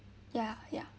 ya ya